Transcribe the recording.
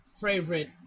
favorite